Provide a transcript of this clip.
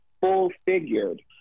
full-figured